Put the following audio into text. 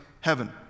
heaven